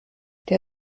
der